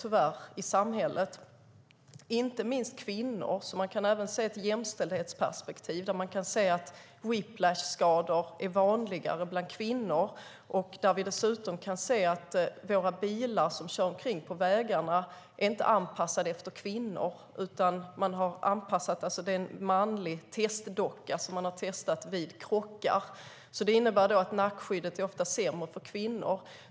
Det gäller inte minst kvinnor, så man kan även se ett jämställdhetsperspektiv där whiplashskador är vanligare bland kvinnor. Dessutom kan vi se att de bilar som vi kör omkring i på vägarna inte är anpassade efter kvinnor. Det är en manlig testdocka som man har testat vid krockar. Det innebär att nackskyddet ofta är sämre för kvinnor.